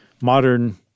modern